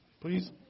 please